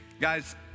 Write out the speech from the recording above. Guys